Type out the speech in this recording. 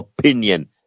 Opinion